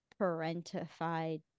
parentified